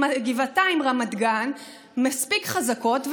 גבעתיים ורמת גן מספיק חזקות,